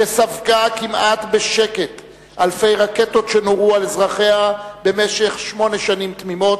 שספגה כמעט בשקט אלפי רקטות שנורו על אזרחיה במשך שמונה שנים תמימות,